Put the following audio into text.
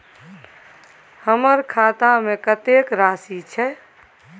हमर खाता में कतेक राशि छै?